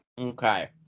Okay